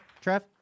Trev